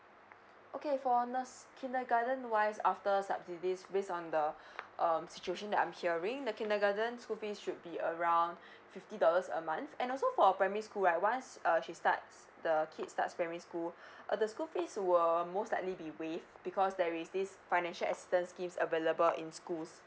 okay for the kindergarten wise after subsidy based on the um situation that I'm hearing the kindergarten school fee should be around fifty dollars a month and also for primary school right once uh she starts the kids starts primary school uh the school fees will most likely be waived because there is this financial assistance scheme available in schools